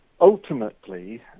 ultimately